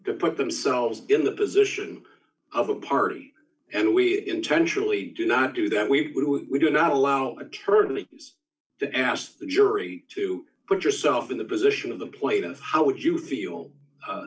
to put themselves in the position of a party and we intentionally do not do that we do not allow attorney to asked the jury to put yourself in the position of the plane and how would you feel